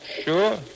Sure